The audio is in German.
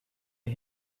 den